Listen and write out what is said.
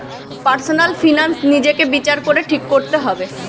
personal finance নিজেকে বিচার করে ঠিক কোরতে হবে